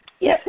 Yes